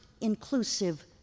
inclusive